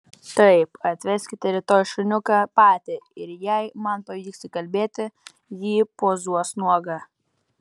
taip atveskite rytoj šuniuką pati ir jei man pavyks įkalbėti ji pozuos nuoga